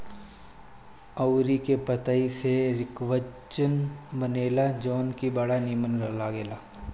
अरुई के पतई से रिकवच बनेला जवन की बड़ा निमन लागेला